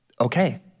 okay